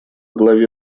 главе